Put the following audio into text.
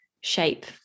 shape